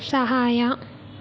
ಸಹಾಯ